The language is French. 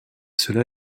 cela